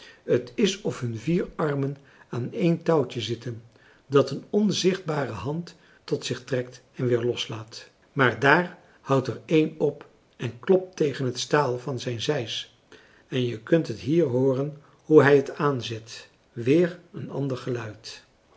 t is of hun vier armen aan één touwtje zitten dat een onzichtbare hand tot zich trekt en weer loslaat maar daar houdt er één op en klopt tegen het staal van zijn zeis en je kunt het hier hooren hoe hij het aanzet weer een ander geluid